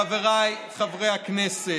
חבריי חברי הכנסת,